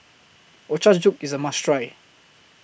Ochazuke IS A must Try